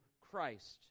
Christ